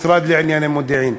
משרד לענייני מודיעין.